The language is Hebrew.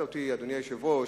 אדוני היושב-ראש,